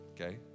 okay